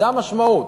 זו המשמעות.